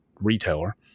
retailer